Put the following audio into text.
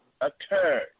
occurred